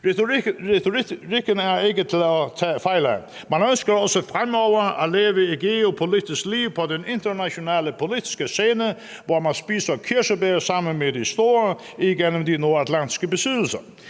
Retorikken er ikke til at tage fejl af. Man ønsker også fremover at leve et geopolitisk liv på den internationale politiske scene, hvor man spiser kirsebær sammen med de store igennem de nordatlantiske besiddelser.